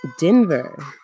Denver